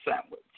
sandwich